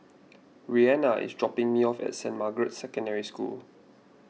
Reanna is dropping me off at Saint Margaret's Secondary School